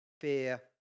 fear